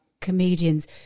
comedians